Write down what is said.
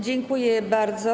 Dziękuję bardzo.